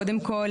קודם כל,